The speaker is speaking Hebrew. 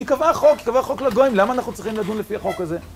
היא קבעה חוק, היא קבעה חוק לגויים, למה אנחנו צריכים לדון לפי החוק הזה?